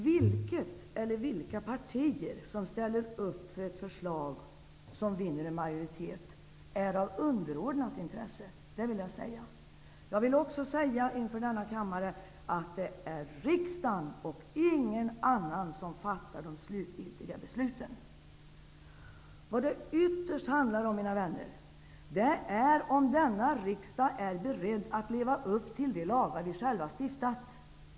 Vilket eller vilka partier som ställer upp för ett förslag som vinner majoritet är av underordnat intresse. Det vill jag ha sagt. Jag vill också inför denna kammare säga att det är riksdagen och ingen annan som fattar de slutgiltiga besluten. Vad det ytterst handlar om, mina vänner, är om denna riksdag är beredd att leva upp till de lagar den själv stiftat.